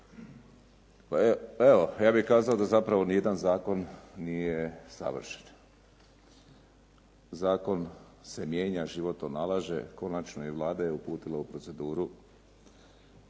evo ja bih kazao da zapravo ni jedan zakon nije savršen. Zakon se mijenja, život to nalaže, konačno i Vlada je uputila u proceduru